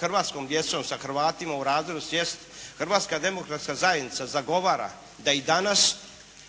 hrvatskom djecom, sa Hrvatima u razredu sjesti Hrvatska demokratska zajednica zagovara da i danas